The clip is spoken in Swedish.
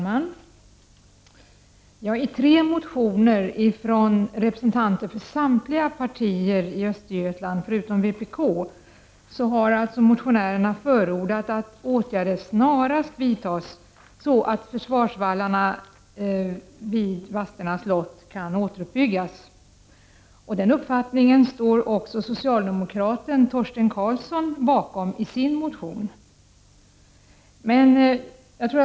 Herr talman! I tre motioner har representanter från Östergötland från samtliga partier förutom vpk förordat att åtgärder snarast vidtas så att försvarsvallarna vid Vadstena slott kan återuppbyggas. Även socialdemokraten Torsten Karlsson ställer sig i sin motion bakom detta.